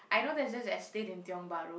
I know there's this estate in Tiong-Bahru